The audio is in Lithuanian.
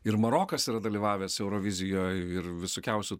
ir marokas yra dalyvavęs eurovizijoj ir visokiausių